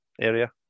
area